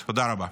אז תודה רבה.